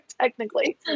technically